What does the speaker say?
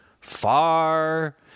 far